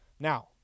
Now